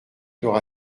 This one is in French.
l’aura